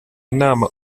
inama